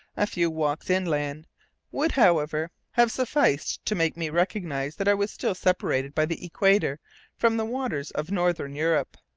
a few walks inland would, however, have sufficed to make me recognize that i was still separated by the equator from the waters of northern europe.